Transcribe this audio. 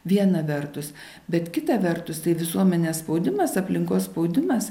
viena vertus bet kita vertus tai visuomenės spaudimas aplinkos spaudimas